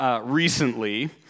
recently